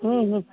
ಹ್ಞೂ ಹ್ಞೂ